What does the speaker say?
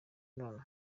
nonaha